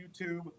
YouTube